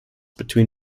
between